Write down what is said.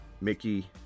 Mickey